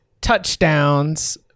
touchdowns